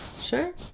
sure